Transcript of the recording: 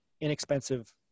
inexpensive